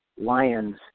lions